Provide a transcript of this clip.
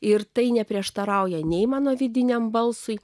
ir tai neprieštarauja nei mano vidiniam balsui